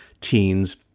teens